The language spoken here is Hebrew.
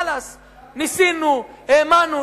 חלאס, ניסינו, האמנו.